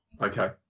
Okay